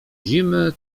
zimy